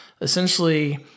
essentially